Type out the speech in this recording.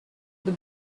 the